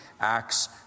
acts